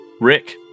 Rick